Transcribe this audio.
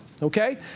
Okay